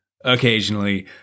occasionally